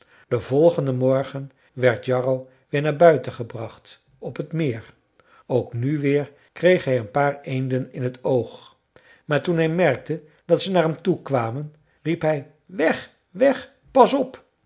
den volgenden morgen werd jarro weer naar buiten gebracht op het meer ook nu weer kreeg hij een paar eenden in het oog maar toen hij merkte dat ze naar hem toe kwamen riep hij weg weg pas op